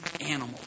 animal